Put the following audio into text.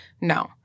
No